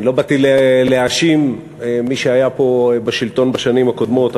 אני לא באתי להאשים את מי שהיה פה בשלטון בשנים הקודמות,